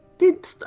Dude